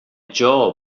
job